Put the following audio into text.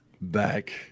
back